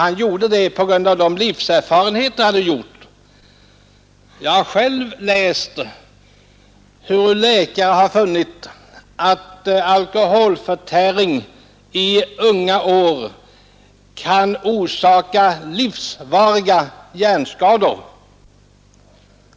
Han gör detta på grund av de livserfarenheter han har. Jag har själv läst hur läkare har funnit att alkoholförtäring i unga år kan orsaka livslånga hjärnskador.